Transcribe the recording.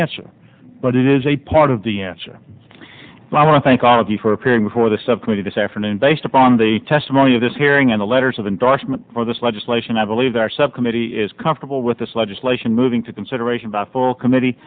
answer but it is a part of the answer and i want to thank all of you for appearing before the subcommittee this afternoon based upon the testimony of this hearing and the letters of endorsement for this legislation i believe that subcommittee is comfortable with this legislation moving to consideration by full committee